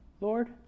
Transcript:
Lord